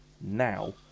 now